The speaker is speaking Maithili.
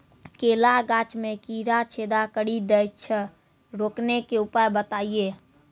केला गाछ मे कीड़ा छेदा कड़ी दे छ रोकने के उपाय बताइए?